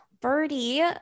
Birdie